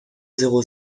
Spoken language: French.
zéro